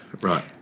Right